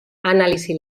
analisi